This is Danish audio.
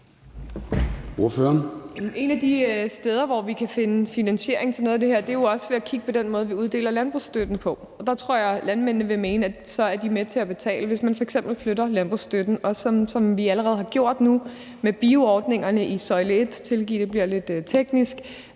En af de måder, vi kan finde finansiering til noget af det her, er jo også ved at kigge på den måde, vi uddeler landbrugsstøtten på, og der tror jeg, at landmændene vil mene, at de er med til at betale, hvis man f.eks. flytter landbrugsstøtten. Vi har allerede nu gjort tiltag med bioordningerne i søjle 1 – tilgiv, at det bliver lidt teknisk